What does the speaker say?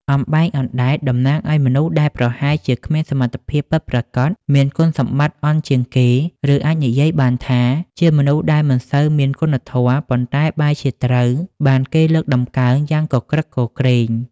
អំបែងអណ្ដែត តំណាងឲ្យមនុស្សដែលប្រហែលជាគ្មានសមត្ថភាពពិតប្រាកដ មានគុណសម្បត្តិអន់ជាងគេ ឬអាចនិយាយបានថា ជាមនុស្សដែលមិនសូវមានគុណធម៌ ប៉ុន្តែបែរជាត្រូវបានគេលើកតម្កើងយ៉ាងគគ្រឹកគគ្រេង។